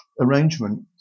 arrangement